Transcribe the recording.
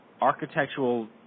architectural